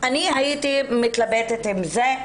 אני הייתי מתלבטת עם זה.